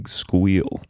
squeal